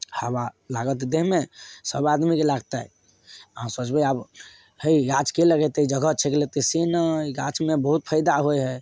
हबा लागत देहमे सब आदमीके लागतै अहाँ सोचबै आब हय ई गाछके लगेतै जगह छेक लेतै से नहि इ गाछमे बहुत फायदा होय हय